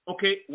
Okay